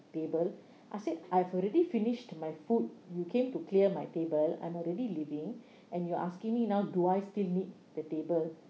table I said I've already finished my food you came to clear my table I'm already living and you're asking me now do I still need the table